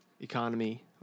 economy